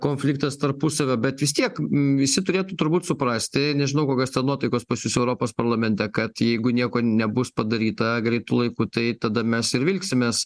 konfliktas tarpusavio bet vis tiek visi turėtų turbūt suprasti nežinau kokios nuotaikos pas jus europos parlamente kad jeigu nieko nebus padaryta greitu laiku tai tada mes ir vilksimės